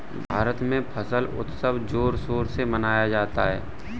भारत में फसल उत्सव जोर शोर से मनाया जाता है